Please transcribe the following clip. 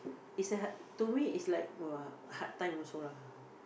is a like to me is like !wah! hard time also lah